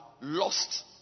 lost